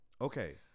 okay